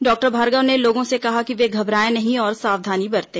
doctor Bhargava ने लोगों से कहा कि वे घबराएं नहीं और सावधानी बरतें